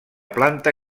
planta